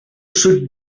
should